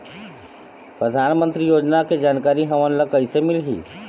परधानमंतरी योजना के जानकारी हमन ल कइसे मिलही?